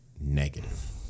negative